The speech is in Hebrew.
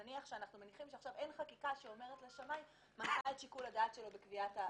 נניח שאנחנו מניחים שאין חקיקה שמתווה את שיקול הדעת של השמאי.